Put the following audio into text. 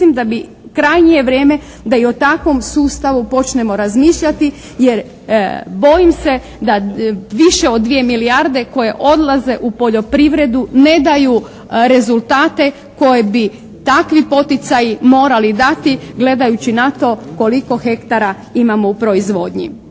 da bi, krajnje je vrijeme da i o takvom sustavu počnemo razmišljati jer bojim se da više od 2 milijarde koje odlaze u poljoprivredu ne daju rezultate koje bi takvi poticaji morali dati gledajući na to koliko hektara imamo u proizvodnji.